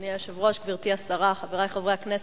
אדוני היושב-ראש, גברתי השרה, חברי חברי הכנסת,